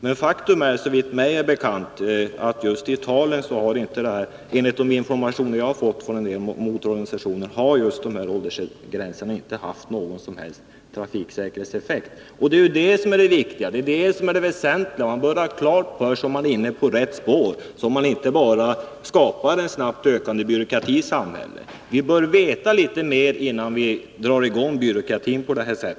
Men faktum är att just i Italien — enligt de informationer jag har fått från motororganisationer — har inte dessa åldersgränser haft någon som helst effekt på trafiksäkerheten. Det är ju det som är det väsentliga. Man bör ha klart för sig att man är inne på rätt spår, så att man inte bara skapar en snabbt växande byråkrati i samhället. Vi bör veta litet mer innan vi drar i gång byråkratin på detta sätt.